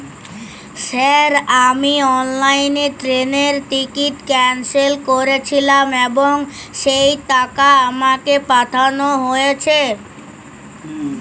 Sir আমি অনলাইনে ট্রেনের টিকিট ক্যানসেল করেছিলাম এবং সেই টাকা আমাকে পাঠানো হয়েছে?